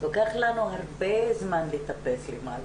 לוקח לנו הרבה זמן לטפס למעלה.